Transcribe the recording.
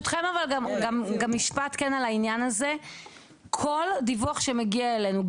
כל דיווח שמגיע אלינו,